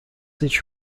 each